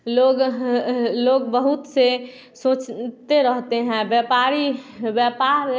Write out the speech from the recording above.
लोग लोग बहुत से सोचते रहते हैं व्यापारी व्यापार